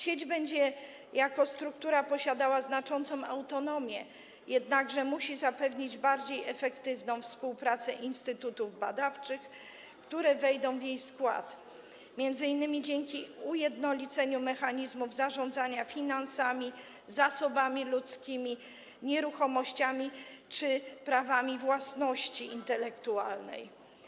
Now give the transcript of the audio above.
Sieć jako struktura będzie posiadała znaczącą autonomię, jednakże musi zapewnić bardziej efektywną współpracę instytutów badawczych, które wejdą w jej skład, m.in. dzięki ujednoliceniu mechanizmów zarządzania finansami, zasobami ludzkimi, nieruchomościami czy prawami własności intelektualnej.